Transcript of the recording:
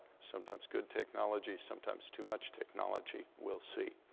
sometimes good technology, sometimes too much technology. we'll see.